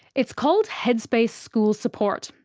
it's called headspace school support,